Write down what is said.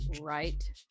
right